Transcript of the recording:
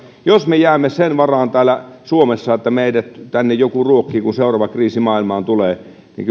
jos me jäämme sen varaan täällä suomessa että meidät joku tänne ruokkii kun seuraava kriisi maailmaan tulee niin